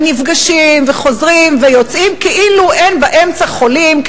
ונפגשים וחוזרים ויוצאים כאילו אין באמצע חולים,